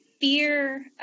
fear